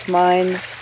minds